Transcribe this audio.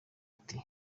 ati